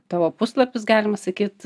tavo puslapis galima sakyt